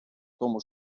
тому